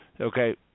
okay